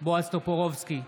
בועז טופורובסקי,